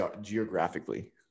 geographically